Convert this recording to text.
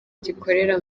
gikorera